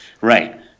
Right